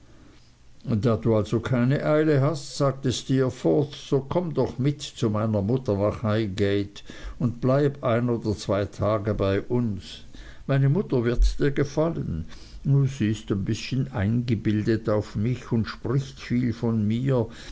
da du also keine eile hast sagte steerforth so komm doch mit zu meiner mutter nach highgate und bleib ein oder zwei tage bei uns meine mutter wird dir gefallen sie ist ein bißchen eingebildet auf mich und spricht viel von mir